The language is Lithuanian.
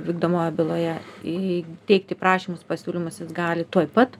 vykdomoje byloje į teikti prašymus pasiūlymus jis gali tuoj pat